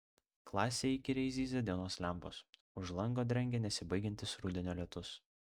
klasėje įkyriai zyzia dienos lempos už lango drengia nesibaigiantis rudenio lietus